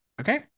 Okay